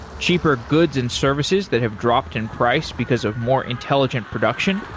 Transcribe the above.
cheaper goods and services that have dropped in price because of more intelligent production.